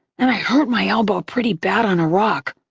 and i hurt my elbow pretty bad on a rock.